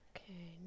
Okay